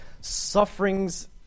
sufferings